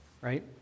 right